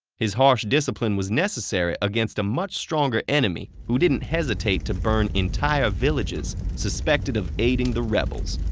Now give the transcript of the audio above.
his harsh discipline was necessary against a much stronger enemy who didn't hesitate to burn entire villages suspected of aiding the rebels.